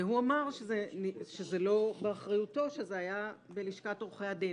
והוא אמר שזה לא באחריותו ושזה בלשכת עורכי הדין.